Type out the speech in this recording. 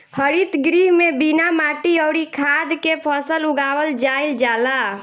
हरित गृह में बिना माटी अउरी खाद के फसल उगावल जाईल जाला